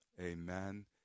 amen